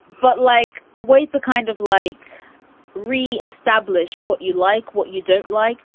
but like a way to kind of like re establish what you like, what you don't like.